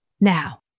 Now